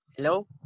Hello